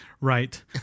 right